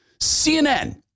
CNN